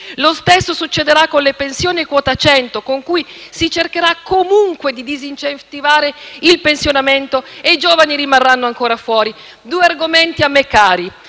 Lo stesso succederà con le pensioni e quota 100, con cui si cercherà comunque di disincentivare il pensionamento e i giovani rimarranno ancora fuori. Parlo ora di due argomenti a me cari: